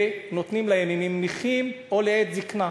ונותנים להם אם הם נכים או לעת זיקנה.